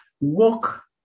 walk